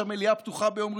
שהמליאה פתוחה ביום ראשון.